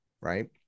Right